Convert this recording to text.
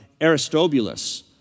Aristobulus